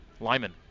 Lyman